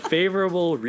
Favorable